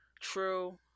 True